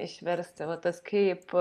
išversti va tas kaip